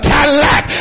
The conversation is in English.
Cadillac